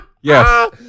yes